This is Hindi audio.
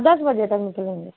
दस बजे तक निकलेंगे